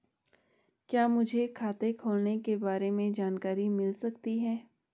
क्या मुझे खाते खोलने के बारे में जानकारी मिल सकती है?